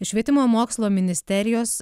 švietimo mokslo ministerijos